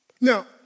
Now